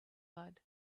blood